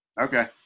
Okay